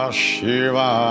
Shiva